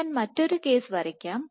ഞാൻ മറ്റൊരു കേസ് വരയ്ക്കാം